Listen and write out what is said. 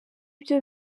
byo